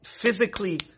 physically